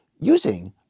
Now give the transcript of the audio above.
using